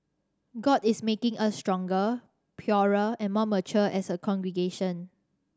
god is making us stronger purer and more mature as a congregation